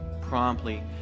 promptly